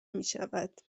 میشود